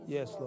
Yes